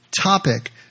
topic